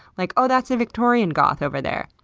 like, oh, that's a victorian goth over there.